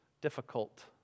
difficult